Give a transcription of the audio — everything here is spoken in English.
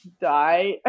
die